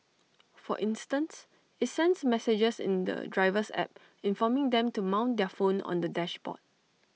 for instance IT sends messages in the driver's app informing them to mount their phone on the dashboard